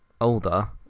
older